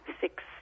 six